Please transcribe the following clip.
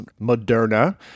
Moderna